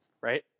right